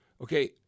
okay